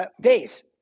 days